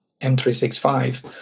M365